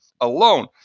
alone